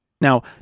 Now